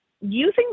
using